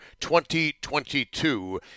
2022